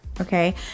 Okay